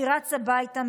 הייתי רץ הביתה,